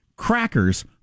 Crackers